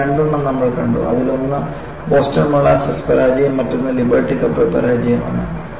നാലിൽ രണ്ടെണ്ണം നമ്മൾ കണ്ടു അതിലൊന്നാണ് ബോസ്റ്റൺ മോളാസസ് പരാജയം മറ്റൊന്ന് ലിബർട്ടി കപ്പൽ പരാജയമാണ്